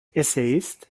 essayist